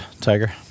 tiger